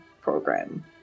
program